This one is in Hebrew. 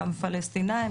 גם פלסטינים,